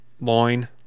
loin